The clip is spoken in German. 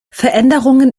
veränderungen